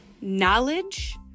knowledge